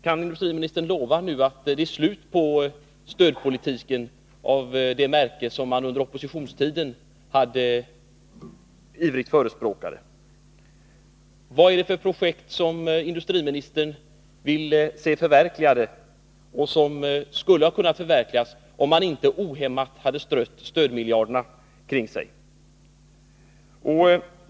Kan industriministern lova att det nu är slut på en stödpolitik av det slag som socialdemokraterna under oppositionstiden ivrigt förespråkade? Vilka projekt är det som industriministern vill se förverkligade och som skulle ha kunnat förverkligas, om man inte ohämmat hade strött stödmiljarder omkring sig?